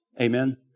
Amen